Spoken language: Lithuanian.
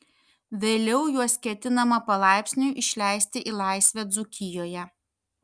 vėliau juos ketinama palaipsniui išleisti į laisvę dzūkijoje